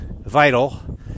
vital